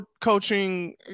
coaching